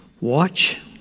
Watch